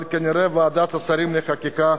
אבל כנראה ועדת השרים לחקיקה